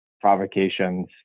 provocations